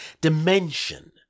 dimension